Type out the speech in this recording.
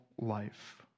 life